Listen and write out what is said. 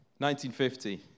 1950